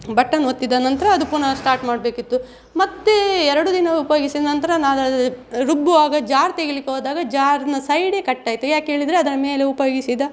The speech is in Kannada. ಬಟನ್ ಒತ್ತಿದ ನಂತರ ಅದು ಪುನಃ ಸ್ಟಾಟ್ ಮಾಡಬೇಕಿತ್ತು ಮತ್ತೆ ಎರಡು ದಿನ ಉಪಯೋಗಿಸಿದ ನಂತರ ನಾನದು ರುಬ್ಬುವಾಗ ಜಾರ್ ತೆಗೆಯಲಿಕ್ಕೆ ಹೋದಾಗ ಜಾರ್ನ ಸೈಡೇ ಕಟ್ಟಾಯಿತು ಯಾಕೇಳಿದರೆ ಅದರ ಮೇಲೆ ಉಪಯೋಗಿಸಿದ